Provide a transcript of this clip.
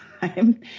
time